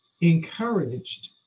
encouraged